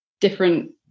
different